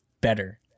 better